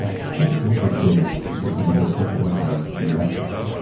ah it's such an interesting different ecosystem from us tech.